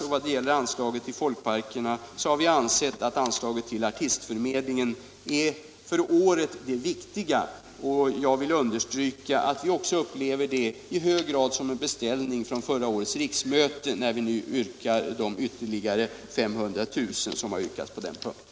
Vi har ansett att när det gäller folkparkerna är för året anslaget till artistförmedlingen det viktiga. Jag vill understryka att vi också i hög grad upplever det som en beställning från förra årets riksmöte, när vi nu yrkar att det anslaget skall höjas med ytterligare 500 000 kr.